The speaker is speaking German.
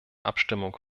abstimmung